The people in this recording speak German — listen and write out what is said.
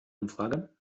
umfrage